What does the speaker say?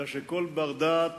אלא שכל בר-דעת